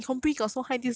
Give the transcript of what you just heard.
don't know eh